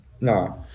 No